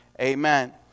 Amen